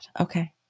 okay